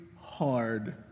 hard